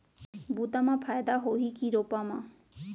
बुता म फायदा होही की रोपा म?